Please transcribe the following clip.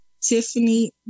Tiffany